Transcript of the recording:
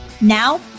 Now